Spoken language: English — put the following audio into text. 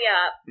up